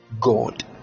God